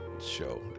show